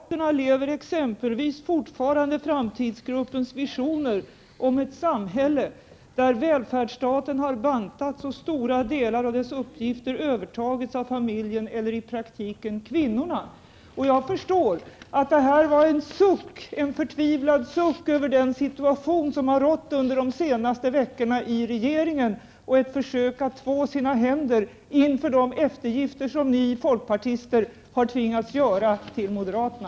Herr talman! Bengt Westerberg sade uttryckligen: Moderaterna lever exempelvis fortfarande med framtidsgruppens visioner om ett samhälle där välfärdsstaten har bantats och stora delar av dess uppgifter övertagits av familjen eller i praktiken kvinnorna. Jag förstår att det här var en förtvivlad suck över den situation som har rått under de senaste veckorna i regeringen och ett försök av Bengt Westerberg att två sina händer inför de eftergifter som ni folkpartister har tvingats göra till moderaterna.